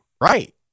Right